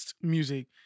music